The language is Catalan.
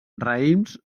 raïms